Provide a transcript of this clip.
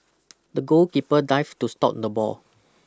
the goalkeeper dived to stop the ball